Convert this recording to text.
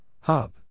Hub